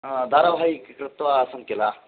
दारवाहि कृत्वा आसन् किल